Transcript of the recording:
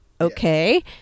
okay